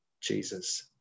Jesus